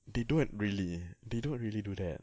they don't really they don't really do that